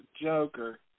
joker